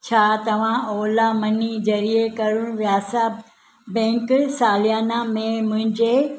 छा तव्हां Ola Money ज़रिए करुर वैश्य बैंक सालियाना में मुंहिंजे